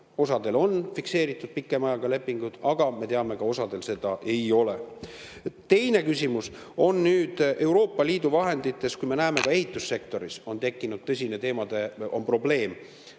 Osadel on fikseeritud pikema ajaga lepingud, aga me teame ka, et osadel seda ei ole. Teine küsimus on nüüd Euroopa Liidu vahendites. Me näeme, ka ehitussektoris on tekkinud tõsine probleem,